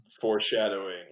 Foreshadowing